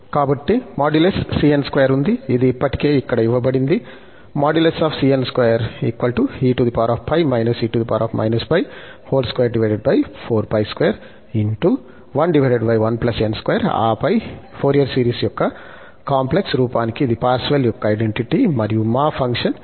కాబట్టి modulus cn square ఉంది ఇది ఇప్పటికే ఇక్కడ ఇవ్వబడింది ఆపై ఫోరియర్ సిరీస్ యొక్క కాంప్లెక్స్ రూపానికి ఇది పార్సెవల్ యొక్క ఐడెంటిటీ మరియు మా ఫంక్షన్ ex